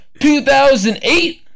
2008